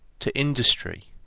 to industry,